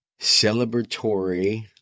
celebratory